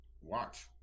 watch